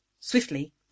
Swiftly